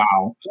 Wow